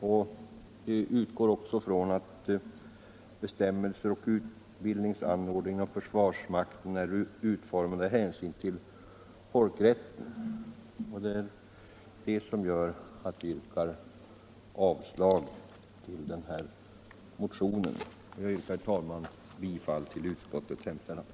Vi utgår också ifrån att bestämmelser och utbildningsanvisningar inom försvarsmakten är utformade med hänsyn till folkrätten. Detta gör att vi yrkar avslag på motionen. Herr talman! Jag yrkar bifall till utskottets hemställan.